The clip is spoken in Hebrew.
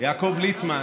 יעקב ליצמן,